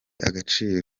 agaciro